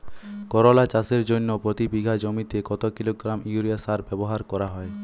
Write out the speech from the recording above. করলা চাষের জন্য প্রতি বিঘা জমিতে কত কিলোগ্রাম ইউরিয়া সার ব্যবহার করা হয়?